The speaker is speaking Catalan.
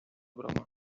broma